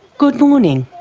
good morning.